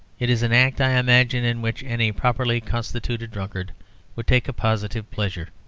it is an act, i imagine, in which any properly constituted drunkard would take a positive pleasure.